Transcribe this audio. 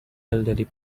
elderly